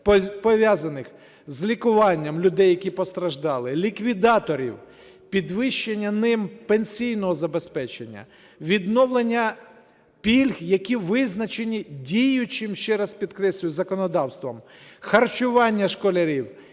пов'язаних з лікуванням людей, які постраждали, ліквідаторів, підвищення їм пенсійного забезпечення, відновлення пільг, які визначені діючим, ще раз підкреслюю, законодавством, харчування школярів